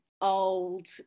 old